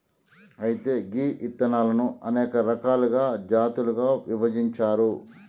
అయితే గీ ఇత్తనాలను అనేక రకాలుగా జాతులుగా విభజించారు